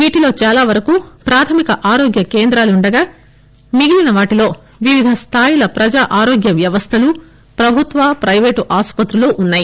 వీటిలోచాలా వరకు ప్రాధమిక ఆరోగ్య కేంద్రాలుండగా మిగిలిన వాటిలో వివిధ స్థాయిల ప్రజాఆరోగ్య వ్యవస్థలు ప్రభుత్వ ప్రైవేటు ఆసుపత్రులూ ఉన్నాయి